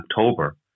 October